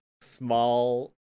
small